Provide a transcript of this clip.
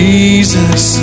Jesus